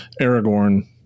Aragorn